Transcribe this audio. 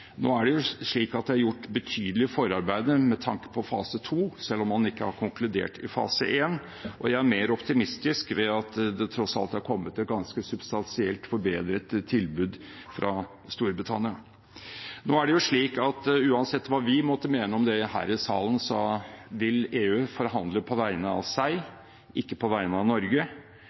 Det er gjort betydelige forarbeider med tanke på fase 2, selv om man ikke har konkludert i fase 1, og jeg er mer optimistisk ved at det tross alt er kommet et ganske substansielt forbedret tilbud fra Storbritannia. Uansett hva vi måtte mene om det i denne salen, så vil EU forhandle på vegne av seg selv, ikke på vegne av Norge.